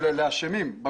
ולאשמים.